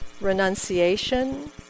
renunciation